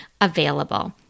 available